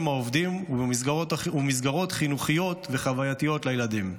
העובדים ומסגרות חינוכיות וחווייתיות לילדים.